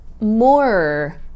more